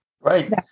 Right